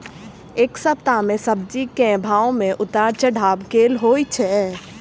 एक सप्ताह मे सब्जी केँ भाव मे उतार चढ़ाब केल होइ छै?